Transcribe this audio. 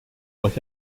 pues